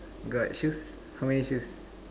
got shoes how many shoes